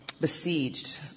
besieged